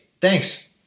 Thanks